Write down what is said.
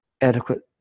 adequate